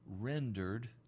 rendered